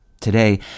Today